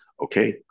okay